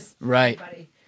right